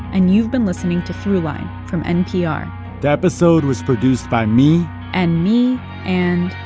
and you've been listening to throughline from npr the episode was produced by me and me and.